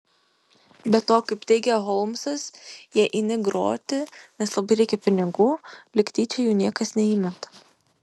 be to kaip teigia holmsas jei eini groti nes labai reikia pinigų lyg tyčia jų niekas neįmeta